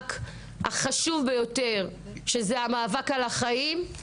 המאבק החשוב ביותר המאבק על החיים,